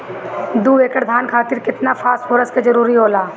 दु एकड़ धान खातिर केतना फास्फोरस के जरूरी होला?